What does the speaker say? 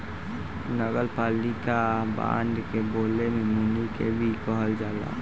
नगरपालिका बांड के बोले में मुनि के भी कहल जाला